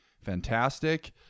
fantastic